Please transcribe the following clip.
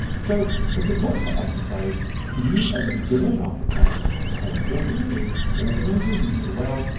so it's important to emphasize to you as a beginner in after effects how important it is to organize your media well,